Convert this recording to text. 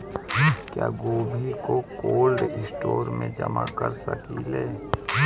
क्या गोभी को कोल्ड स्टोरेज में जमा कर सकिले?